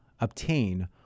obtain